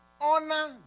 Honor